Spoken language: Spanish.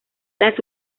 las